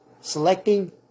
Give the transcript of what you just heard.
selecting